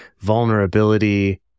vulnerability